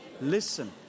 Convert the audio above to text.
Listen